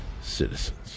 citizens